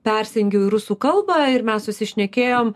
persijungiau į rusų kalbą ir mes susišnekėjom